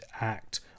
act